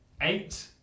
Eight